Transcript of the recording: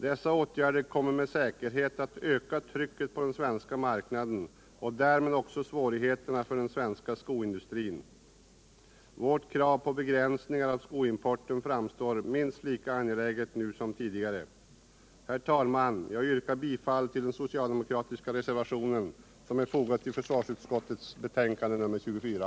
Dessa åtgärder kommer med säkerhet att Öka trycket på den svenska marknaden och därmed också öka svårigheterna för den svenska skoindustrin. Vårt krav på en begränsning av skoimporten framstår minst lika angeläget nu som tidigare. Herr talman! Jag yrkar bifall till den socialdemokratiska reservation som är fogad till försvarsutskottets betänkande nr 24.